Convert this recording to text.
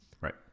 Right